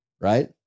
Right